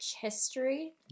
history